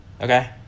okay